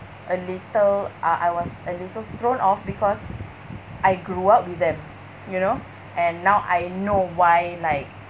a little uh I was a little thrown off because I grew up with them you know and now I know why like